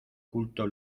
culto